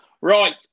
right